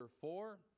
Four